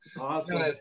Awesome